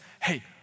hey